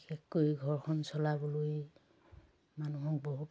বিশেষকৈ ঘৰখন চলাবলৈ মানুহক বহুত